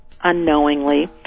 unknowingly